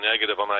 negative